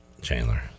Chandler